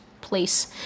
place